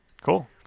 Cool